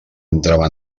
entrava